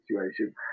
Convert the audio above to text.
situation